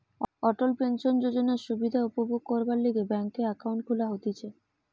অটল pension যোজনার সুবিধা উপভোগ করবার লিগে ব্যাংকে একাউন্ট খুলা হতিছে